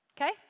Okay